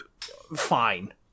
fine